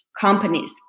companies